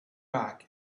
back